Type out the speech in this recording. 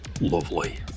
lovely